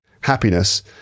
happiness